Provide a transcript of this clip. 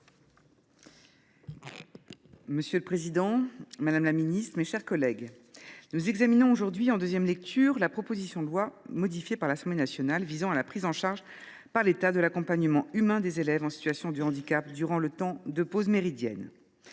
Monsieur le président, madame la ministre, mes chers collègues, nous examinons aujourd’hui en deuxième lecture la proposition de loi, modifiée par l’Assemblée nationale, visant la prise en charge par l’État de l’accompagnement humain des élèves en situation de handicap durant le temps de pause méridienne.